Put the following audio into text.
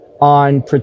on